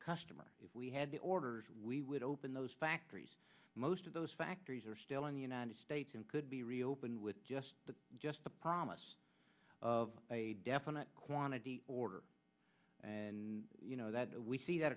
customer if we had the orders we would open those factories most of those factories are still in the united states and could be reopened with just the just the promise of a definite quantity order and you know that we see that